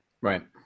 Right